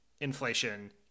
inflation